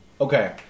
Okay